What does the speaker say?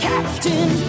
Captain